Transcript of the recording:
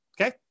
Okay